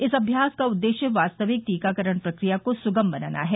इस अम्यास का उद्देश्य वास्तविक टीकाकरण प्रक्रिया को सुगम बनाना है